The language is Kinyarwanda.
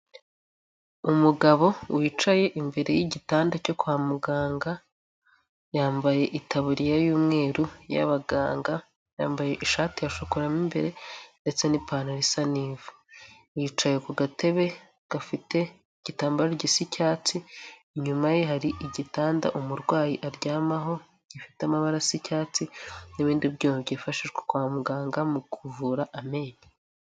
Umugabo wicaye imbere y'igitanda cyo kwa muganga, yambaye itaburiya y'umweru y'abaganga, yambaye ishati ya shokora mo imbere ndetse n'ipantaro isa n'ive. Yicaye ku gatebe gafite igitambaro gisa icyatsi, inyuma ye hari igitanda umurwayi aryamaho, gifite amabara asa icyatsi, n'ibindi byuma byifashishwa kwa muganga mu kuvura amenyo.